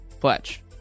Fletch